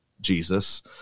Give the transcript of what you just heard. Jesus